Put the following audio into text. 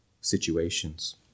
situations